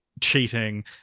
cheating